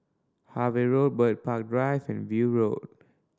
Harvey Road Bird Park Drive and View Road